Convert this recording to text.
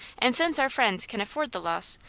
and, since our friends can afford the loss,